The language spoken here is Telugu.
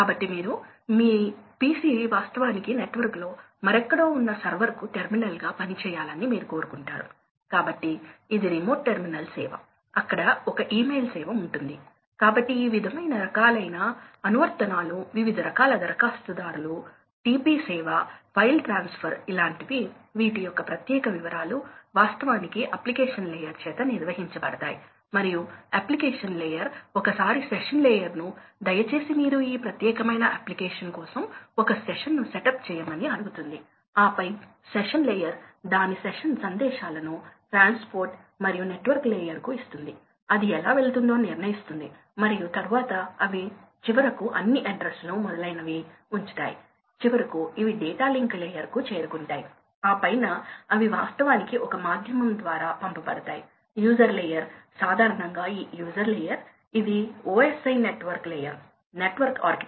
కాబట్టి డాంపర్ కంట్రోల్ లో 100 నుండి 80 వరకు వెళుతున్నప్పుడు ఎనర్జీ ఫాల్ట్ చాలా తక్కువ అని మీరు చూస్తారు కాబట్టి మీకు 20 శాతం ప్రవాహ తగ్గింపు ఉంది కాని బహుశా ఐదు శాతం ఎనర్జీ తగ్గింపు పవర్ తగ్గింపు ఉంది ఇది ప్రెజర్ కాదు పవర్ ఇది తప్పు సరే అందుకే ఈ పద్ధతి ఎనర్జీ సామర్థ్యం లేదు మీరు ఎనర్జీ ని ఆదా చేయడం లేదు ప్రవాహం తగ్గుతోంది కానీ మీరు ఎనర్జీ ని ప్రవహించడం లేదు కానీ ఇది చాలా సులభమైన పద్ధతి మీకు చాలా అవసరం లేదు మీకు వాల్వ్ లేదా డాంపర్ అవసరం మీరు దాన్ని మూసివేసి తెరవండి